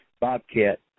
bobcat